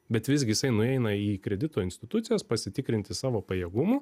bet visgi jisai nueina į kredito institucijas pasitikrinti savo pajėgumų